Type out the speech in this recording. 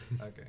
Okay